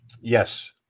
Yes